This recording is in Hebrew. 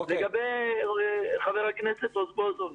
לגבי חבר הכנסת רזבוזוב.